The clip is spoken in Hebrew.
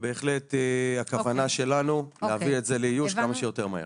ובהחלט הכוונה שלנו להביא את זה לאיוש כמה שיותר מהר.